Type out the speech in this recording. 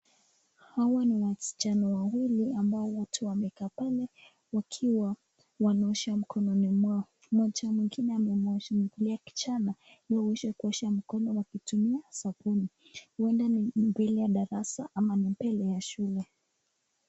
Hawa ni wasichana wawili ambao wote wamekaa pale wakiwa wanaosha mikononi mwao. Mmoja mwengine amemosha mkono ya kijana waoshe kuosha mikono wakitumia sabuni huenda ni mbele ya darasa ama ni mbele ya shule.